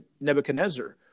Nebuchadnezzar